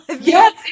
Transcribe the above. Yes